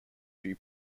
few